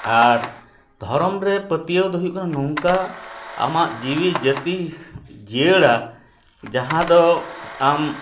ᱟᱨ ᱫᱷᱚᱨᱚᱢᱨᱮ ᱯᱟᱹᱛᱭᱟᱹᱣ ᱫᱚ ᱦᱩᱭᱩᱜ ᱠᱟᱱᱟ ᱱᱚᱝᱠᱟ ᱟᱢᱟᱜ ᱡᱤᱣᱤ ᱡᱟᱹᱛᱤ ᱡᱤᱭᱟᱹᱲᱟ ᱡᱟᱦᱟᱸᱫᱚ ᱟᱢ